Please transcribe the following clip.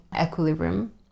equilibrium